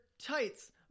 Tights